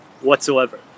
whatsoever